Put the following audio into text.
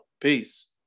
Peace